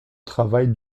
travail